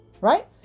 right